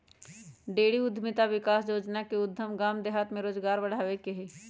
dairy उद्यमिता विकास योजना के उद्देश्य गाम देहात में रोजगार बढ़ाबे के हइ